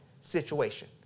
situation